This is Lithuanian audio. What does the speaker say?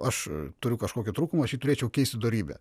aš turiu kažkokių trūkumą aš jį turėčiau jį keisti dorybe